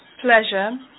pleasure